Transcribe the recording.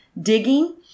digging